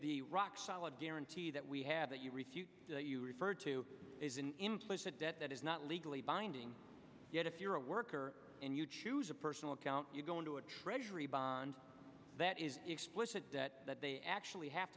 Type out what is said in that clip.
the rock solid guarantee that we have that you refuse you referred to is an implicit debt that is not legally binding yet if you're a worker and you choose a personal account you go into a treasury bond that is explicit that they actually have